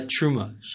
truma